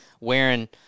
wearing